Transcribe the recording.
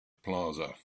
plaza